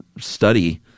study